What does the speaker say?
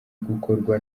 gukorwa